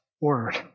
word